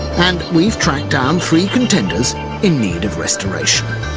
and we've tracked down three contenders in need of restoration.